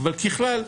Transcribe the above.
אבל ככלל,